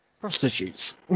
Prostitutes